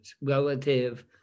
relative